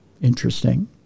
Interesting